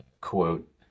quote